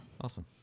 Awesome